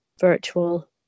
virtual